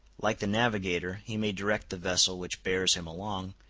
like the navigator, he may direct the vessel which bears him along,